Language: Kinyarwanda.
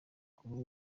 ugiye